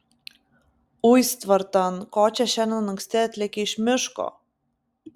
uis tvartan ko čia šiandien anksti atlėkei iš miško